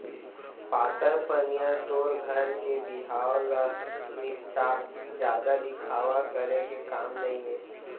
पातर पनियर तोर घर के बिहाव ल निपटा, जादा दिखावा करे के काम नइये